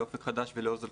ל'אופק חדש' ול'עוז לתמורה'.